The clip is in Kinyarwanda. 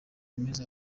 maze